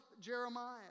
Jeremiah